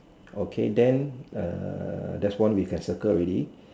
okay then err there is one we can circle already